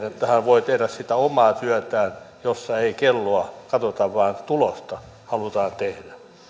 hän voi tehdä sitä omaa työtään jossa ei kelloa katsota vaan tulosta halutaan tehdä